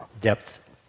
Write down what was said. depth